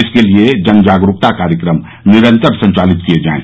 इसके लिए जन जागरूकता कार्यक्रम निरंतर संचालित किये जायें